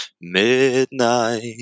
Midnight